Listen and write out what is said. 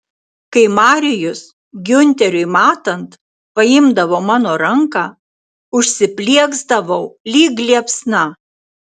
kai marijus giunteriui matant paimdavo mano ranką užsiplieksdavau lyg liepsna